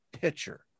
pitcher